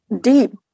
deep